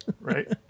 Right